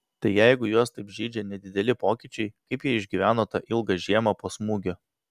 tai jeigu juos taip žeidžia nedideli pokyčiai kaip jie išgyveno tą ilgą žiemą po smūgio